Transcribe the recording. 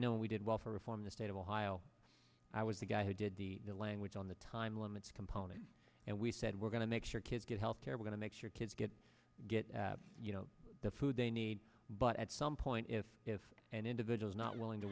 know we did welfare reform the state of ohio i was the guy who did the language on the time limits component and we said we're going to make sure kids get health care we're going to make sure kids get get you know the food they need but at some point if if an individual's not willing to